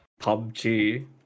PUBG